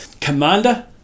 commander